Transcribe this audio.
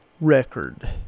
record